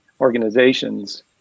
organizations